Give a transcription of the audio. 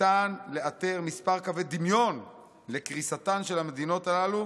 ניתן לאתר מספר קווי דמיון לקריסתן של המדינות הללו